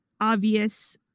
obvious